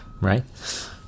Right